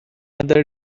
other